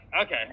Okay